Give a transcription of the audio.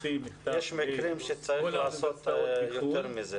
יש מקרים שצריך לעשות יותר מזה.